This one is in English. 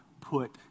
put